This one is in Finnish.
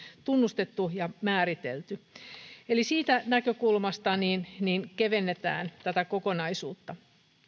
tunnustettu ja määritelty siitä näkökulmasta kevennetään tätä kokonaisuutta